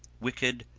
wicked,